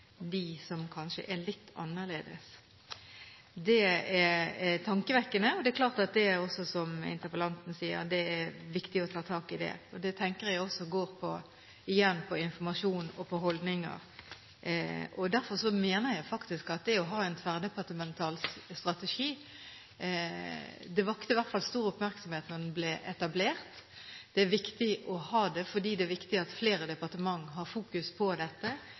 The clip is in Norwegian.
de hadde vært utsatt for homohets. Det er et høyt tall i et land hvor vi ønsker å være liberale og å tro at vi er veldig tolerante overfor dem som kanskje er litt annerledes. Det er tankevekkende. Som interpellanten sier, er det viktig å ta tak i dette. Det dreier seg igjen om – tror jeg – informasjon og holdninger. Derfor mener jeg at det å ha en tverrdepartemental strategi – det vakte i hvert fall stor oppmerksomhet da den ble etablert – er viktig. Det er viktig at flere departementer fokuserer på